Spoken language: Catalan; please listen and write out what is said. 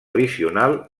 addicional